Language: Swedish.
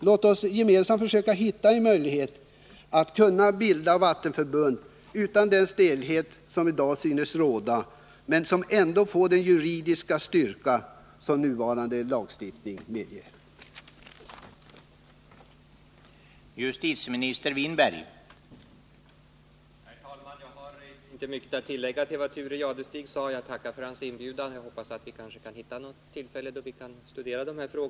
Låt oss gemensamt försöka finna möjligheter att bilda vattenförbund utan den stelhet som i dag synes råda, men där ändå den juridiska styrka som nuvarande lagstiftning ger kommer till uttryck.